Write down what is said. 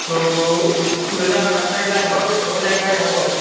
तो मेरा अठाईस लाख हो जायेगा यहाँ पर